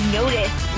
notice